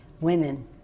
women